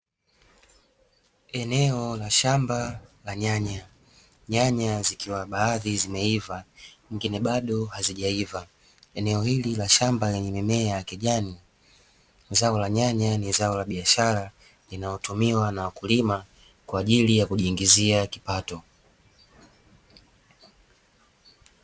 Eneo la shamba la nyanya, nyanya zikiwa baadhi zimeiva nyingine bado hazijaiva. Eneo hili la shamba lenye mimea ya kijani. Zao la nyanya ni zao la biashara linalotumiwa na wakulima kwa ajili ya kujiingizia kipato.